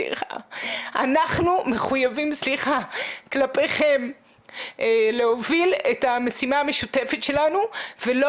אנחנו מחויבים כלפיכם להוביל את המשימה המשותפת שלנו ולא